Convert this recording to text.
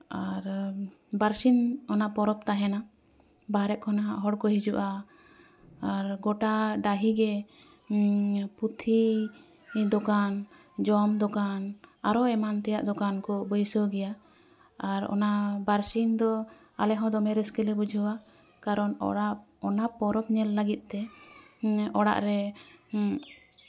ᱟᱨ ᱵᱟᱨᱥᱤᱧ ᱚᱱᱟ ᱯᱚᱨᱚᱵᱽ ᱛᱟᱦᱮᱸᱱᱟ ᱵᱟᱦᱨᱮ ᱠᱷᱚᱱᱟᱜ ᱦᱚᱲᱠᱚ ᱦᱤᱡᱩᱜᱼᱟ ᱟᱨ ᱜᱳᱴᱟ ᱰᱟᱹᱦᱤᱜᱮ ᱯᱩᱛᱷᱤ ᱫᱚᱠᱟᱱ ᱡᱚᱢ ᱫᱚᱠᱟᱱ ᱟᱨᱚ ᱮᱢᱟᱱ ᱛᱮᱭᱟᱜ ᱫᱚᱠᱟᱱ ᱠᱚ ᱵᱟᱹᱭᱥᱟᱹᱣ ᱜᱮᱭᱟ ᱟᱨ ᱚᱱᱟ ᱵᱟᱨᱥᱤᱧ ᱫᱚ ᱟᱞᱮ ᱦᱚᱸ ᱫᱚᱢᱮ ᱨᱟᱹᱥᱠᱟᱹᱞᱮ ᱵᱩᱡᱷᱟᱹᱣᱟ ᱠᱟᱨᱚᱱ ᱚᱲᱟᱜ ᱚᱱᱟ ᱯᱚᱨᱚᱵᱽ ᱧᱮᱞ ᱞᱟᱹᱜᱤᱫ ᱛᱮ ᱚᱲᱟᱜ ᱨᱮ